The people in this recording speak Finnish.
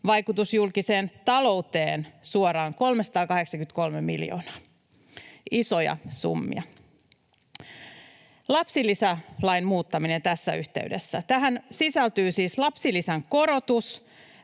vaikutus julkiseen talouteen suoraan on 383 miljoonaa — isoja summia. Lapsilisälain muuttaminen tässä yhteydessä: Tähän sisältyy siis lapsilisän korotus,